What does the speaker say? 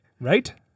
Right